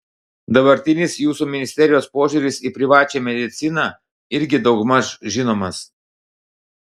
dabartinis jūsų ministerijos požiūris į privačią mediciną irgi daugmaž žinomas